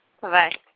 Bye-bye